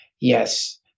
Yes